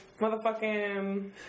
motherfucking